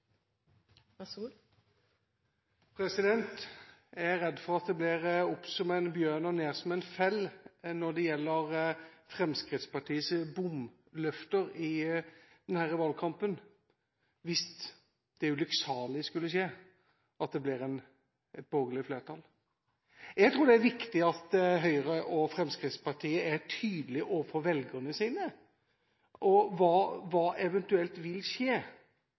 redd for at det blir opp som en bjørn og ned som en skinnfell for Fremskrittspartiets bomløfter i denne valgkampen, hvis det ulykksalige skulle skje at det blir et borgerlig flertall. Jeg tror det er viktig at Høyre og Fremskrittspartiet er tydelige overfor velgerne sine med hensyn til hva som eventuelt vil skje